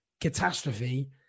catastrophe